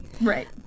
Right